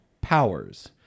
Powers